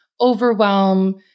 overwhelm